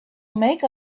make